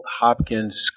Hopkins